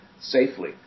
safely